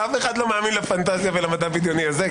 אף אחד לא מאמין לפנטזיה ולמדע הבדיוני הזה.